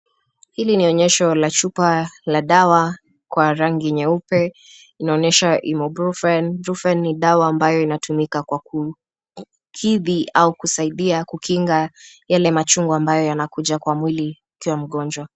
Hili ni onyesho la chupa la dawa kwa rangi nyeupe inaonyesha Ibubrufen. Ibubrufen ni dawa ambayo inatumika kwa kidhi au kusaidia kukinga yale machungu ambayo yanakuja kwa mwili ukiwa mgonjwa.